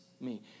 me